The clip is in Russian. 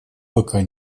пока